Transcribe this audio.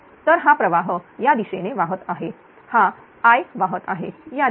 तर हा प्रवाह या दिशेने वाहत आहे हा I वाहत आहे या दिशेने